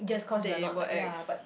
they what ex